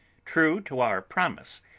true to our promise,